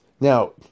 Now